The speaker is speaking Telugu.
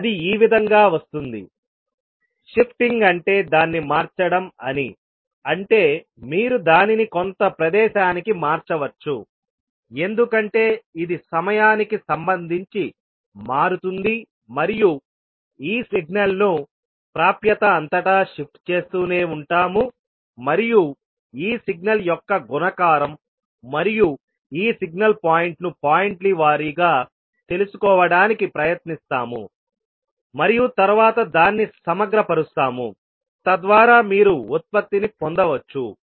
అది ఈ విధంగా వస్తుంది షిఫ్టింగ్ అంటే దాన్ని మార్చడం అని అంటే మీరు దానిని కొంత ప్రదేశానికి మార్చవచ్చు ఎందుకంటే ఇది సమయానికి సంబంధించి మారుతుంది మరియు ఈ సిగ్నల్ను ప్రాప్యత అంతటా షిఫ్ట్ చేస్తూనే ఉంటాము మరియు ఈ సిగ్నల్ యొక్క గుణకారం మరియు ఈ సిగ్నల్ పాయింట్ను పాయింట్ల వారీగా తెలుసుకోవడానికి ప్రయత్నిస్తాము మరియు తరువాత దాన్ని సమగ్ర పరుస్తాము తద్వారా మీరు ఉత్పత్తిని పొందవచ్చు